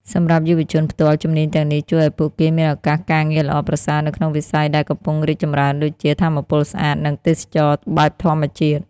សម្រាប់យុវជនផ្ទាល់ ជំនាញទាំងនេះជួយឱ្យពួកគេមានឱកាសការងារល្អប្រសើរនៅក្នុងវិស័យដែលកំពុងរីកចម្រើនដូចជា ថាមពលស្អាត និងទេសចរណ៍បែបធម្មជាតិ។